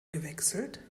gewechselt